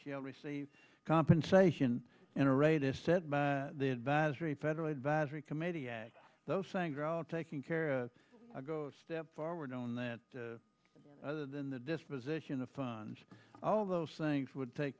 shall receive compensation in a rate is set by the advisory federal advisory committee those things are all taking care i go a step forward on that other than the disposition of funds all those things would take